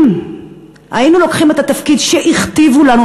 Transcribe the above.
אם היינו לוקחים את התפקיד שהכתיבו לנו,